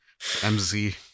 MZ